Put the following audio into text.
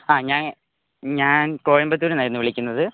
ആ ഞാങ്ങ് ഞാൻ കോയമ്പത്തൂര് നിന്ന് ആയിരുന്നു വിളിക്കുന്നത്